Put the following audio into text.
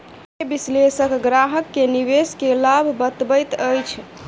वित्तीय विशेलषक ग्राहक के निवेश के लाभ बतबैत अछि